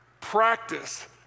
practice